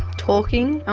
talking,